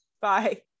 Bye